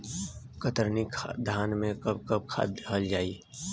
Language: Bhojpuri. कतरनी धान में कब कब खाद दहल जाई?